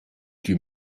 die